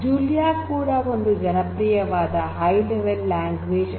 Julia ಕೂಡ ಒಂದು ಜನಪ್ರಿಯವಾದ ಹೈ ಲೆವೆಲ್ ಲ್ಯಾಂಗ್ವೇಜ್